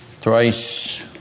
thrice